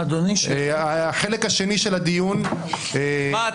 תוציאו